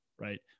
right